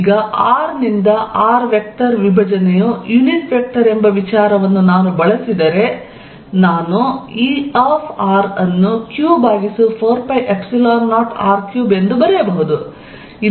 ಈಗ r ಯಿಂದ r vector ವಿಭಜನೆಯು ಯುನಿಟ್ ವೆಕ್ಟರ್ ಎಂಬ ವಿಚಾರವನ್ನು ನಾನು ಬಳಸಿದರೆ ನಾನು E ಅನ್ನು q ಭಾಗಿಸು 4π0r3 ಎಂದು ಬರೆಯಬಹುದು